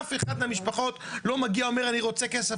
אף אחד מהמשפחות לא מגיעה אליהם ואומרת 'אני רוצה כסף,